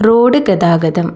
road ഗതാഗതം